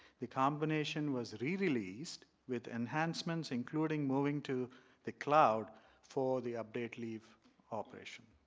the culmination was re rereleased with enhancements including moving to the cloud for the up date leave operation.